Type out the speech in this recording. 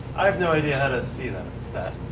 i have no idea how to see that stat.